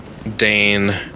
Dane